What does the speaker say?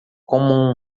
como